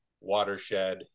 watershed